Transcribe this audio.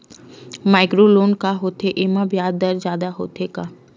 Micro loan का होथे येमा ब्याज दर जादा होथे का?